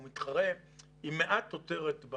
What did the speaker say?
הוא מתחרה עם מעט תוצרת,